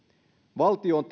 valtio on